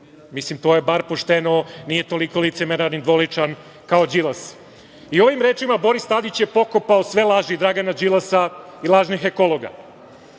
Srbiju“. To je bar pošteno, nije toliko licemeran i dvoličan kao Đilas. Ovim rečima je Boris Tadić pokopao sve laži Dragana Đilasa i lažnih ekologa,